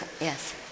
yes